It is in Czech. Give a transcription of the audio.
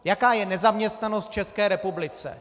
Jaká je nezaměstnanost v České republice?